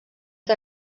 que